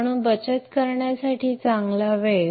म्हणून बचत करण्यासाठी चांगला वेळ